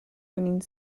winning